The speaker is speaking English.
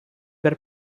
were